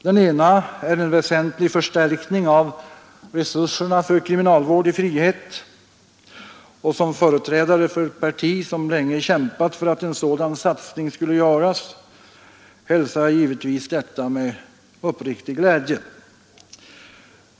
Den ena är en väsentlig förstärkning av resurserna för kriminalvård i frihet, och som företrädare för ett parti som länge kämpat för att en sådan satsning skulle göras hälsar jag givetvis detta med uppriktig glädje.